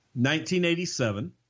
1987